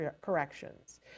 corrections